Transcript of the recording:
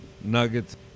nuggets